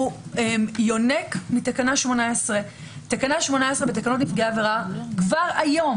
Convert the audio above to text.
הוא יונק מתקנה 18. תקנה 18 בתקנות נפגעי עבירה כבר היום